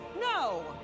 No